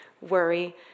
worry